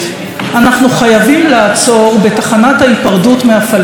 אנחנו חייבים לעצור בתחנת ההיפרדות מהפלסטינים.